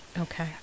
Okay